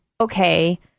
okay